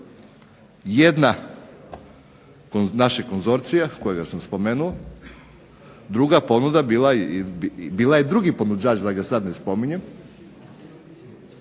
Jedna našeg konzorcija kojeg sam spomenula, bio je i drugi ponuđač da ga sada ne spominjem,